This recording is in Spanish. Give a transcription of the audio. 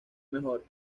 mejor